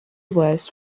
west